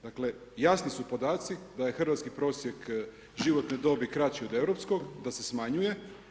Dakle, jasni su podaci da je hrvatski prosjek životne dobi kraći od europskog, da se smanjuje.